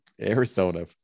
arizona